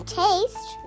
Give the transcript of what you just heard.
taste